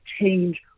change